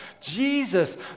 Jesus